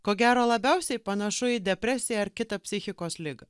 ko gero labiausiai panašu į depresiją ar kitą psichikos ligą